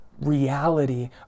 reality